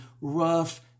rough